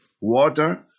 Water